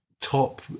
top